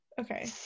Okay